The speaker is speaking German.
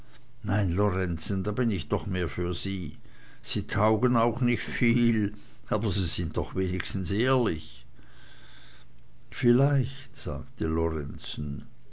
nein lorenzen da bin ich doch mehr für sie sie taugen auch nicht viel aber sie sind doch wenigstens ehrlich vielleicht sagte lorenzen